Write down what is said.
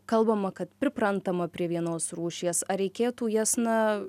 kalbama kad priprantama prie vienos rūšies ar reikėtų jas na